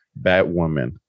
Batwoman